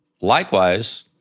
Likewise